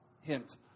hint